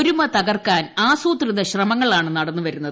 ഒരുമ തകർക്കാൻ ആസൂത്രിത ശ്രമങ്ങളാണ് നടന്നുവരുന്നത്